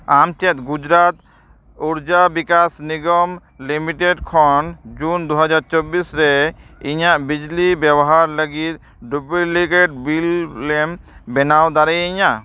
ᱟᱢ ᱪᱮᱫ ᱜᱩᱡᱽᱨᱟᱴ ᱩᱨᱡᱟ ᱵᱤᱠᱟᱥ ᱱᱤᱜᱚᱢ ᱞᱤᱢᱤᱴᱮᱰ ᱠᱷᱚᱱ ᱡᱩᱱ ᱫᱩ ᱦᱟᱡᱟᱨ ᱪᱚᱵᱵᱤᱥ ᱨᱮ ᱤᱧᱟᱹᱜ ᱵᱤᱡᱽᱞᱤ ᱵᱮᱵᱚᱦᱟᱨ ᱞᱟᱹᱜᱤᱫ ᱰᱩᱵᱽᱞᱤᱠᱮᱴ ᱵᱤᱞ ᱮᱢ ᱵᱮᱱᱟᱣ ᱫᱟᱲᱮᱭᱟᱹᱧᱟᱹ